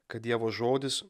kad dievo žodis